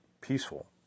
peaceful